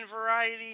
Variety